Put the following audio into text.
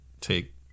take